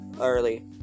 early